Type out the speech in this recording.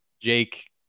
jake